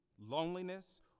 loneliness